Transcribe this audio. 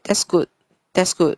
that's good that's good